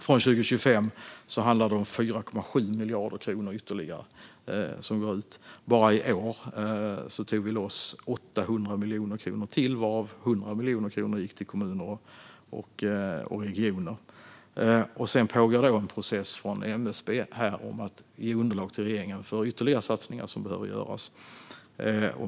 Från 2025 handlar det om 4,7 miljarder kronor ytterligare som går ut. Bara i år tog vi loss 800 miljoner kronor till, varav 100 miljoner kronor gick till kommuner och regioner. Det pågår också en process på MSB för att ge underlag till regeringen för ytterligare satsningar som behöver göras.